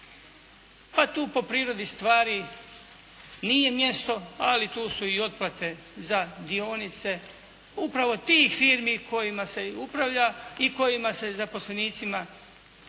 pa tu po prirodi stvari nije mjesto ali tu su i otplate za dionice upravo tih firmi kojima se i upravlja i kojima se zaposlenicima 70,